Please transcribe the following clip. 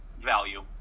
value